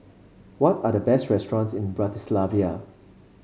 what are the best restaurants in Bratislava